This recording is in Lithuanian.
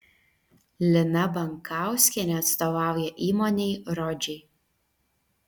lina bankauskienė atstovauja įmonei rodžiai